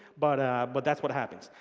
but ah but that's what happens.